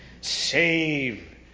Save